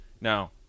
Now